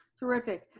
terrific.